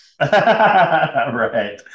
Right